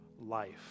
life